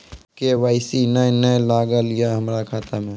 KYC ने न लागल या हमरा खाता मैं?